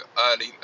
early